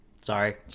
sorry